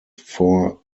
four